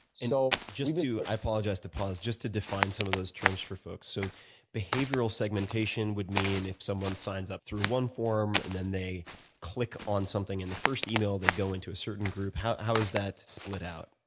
so, just to i apologize to pause. just to define some of those terms for folks. so behavioral segmentation would mean if someone signs up through one form and then they click on something in the first email, they go into a certain group how how is that split out?